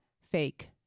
fake